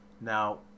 Now